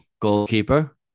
Goalkeeper